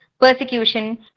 persecution